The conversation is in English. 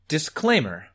Disclaimer